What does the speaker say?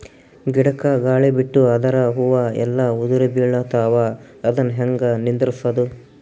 ಗಿಡಕ, ಗಾಳಿ ಬಿಟ್ಟು ಅದರ ಹೂವ ಎಲ್ಲಾ ಉದುರಿಬೀಳತಾವ, ಅದನ್ ಹೆಂಗ ನಿಂದರಸದು?